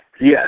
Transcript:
yes